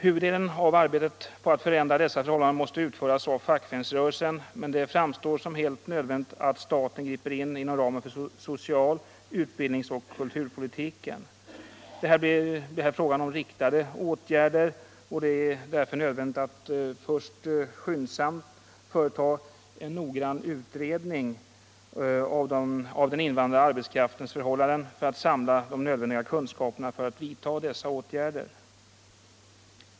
Huvuddelen av arbetet på att förändra dessa förhållanden måste utföras av fackföreningsrörelsen, men det framstår som helt nödvändigt att staten griper in inom ramen för social-, utbildnings och kulturpolitiken. Det blir här fråga om riktade åtgärder, och det är därför nödvändigt att först skyndsamt företa en noggrann utredning av den invandrade arbetskraftens förhållanden i syfte att samla de nödvändiga kunskaperna för att vidta dessa åtgärder.